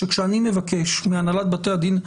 שכשאני מבקש מהנהלת בתי הדין הרבניים,